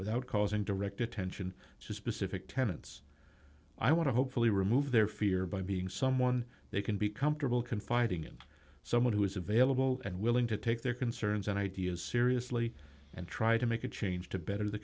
without cause and direct attention to specific tenants i want to hopefully remove their fear by being someone they can be comfortable confiding in someone who is available and willing to take their concerns and ideas seriously and try to make a change to better the